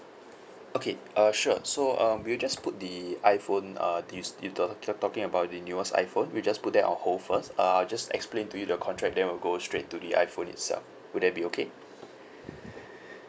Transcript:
okay uh sure so um we will just put the iphone uh talking about the newest iphone we just put that on hold first uh I'll just explain to you the contract then we'll go straight to the iphone itself would that be okay